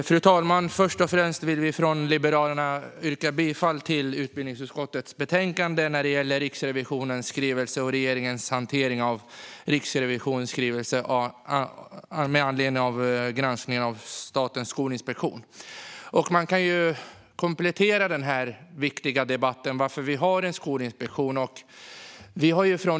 Fru talman! Först och främst vill vi från Liberalerna yrka bifall till förslaget i betänkandet när det gäller regeringens hantering av Riksrevisionens skrivelse med anledning av granskningen av Statens skolinspektion. Låt mig komplettera denna viktiga debatt om varför det finns en skolinspektion.